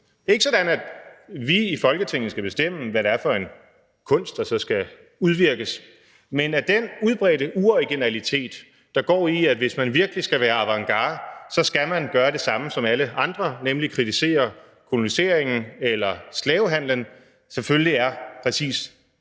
ikke sådan, at vi i Folketinget skal bestemme, hvad det er for en kunst, der så skal udvirkes, men den udbredte uoriginalitet, der består i, at hvis man virkelig skal være avantgarde, skal man gøre det samme som alle andre, nemlig kritisere koloniseringen eller slavehandelen, er selvfølgelig netop uoriginal.